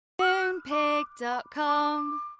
Moonpig.com